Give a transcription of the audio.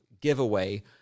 giveaway